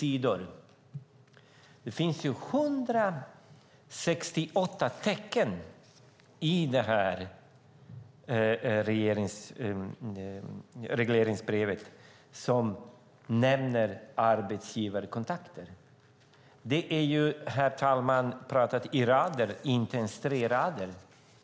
I detta regleringsbrev på 27 sidor nämns arbetsgivarkontakter med 168 tecken.